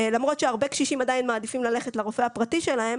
למרות שהרבה קשישים עדיין מעדיפים ללכת לרופא הפרטי שלהם